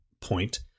point